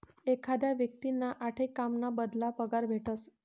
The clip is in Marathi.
एखादा व्यक्तींना आठे काम ना बदला पगार भेटस